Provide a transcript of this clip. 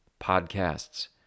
Podcasts